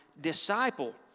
disciple